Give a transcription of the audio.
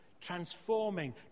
transforming